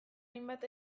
hainbat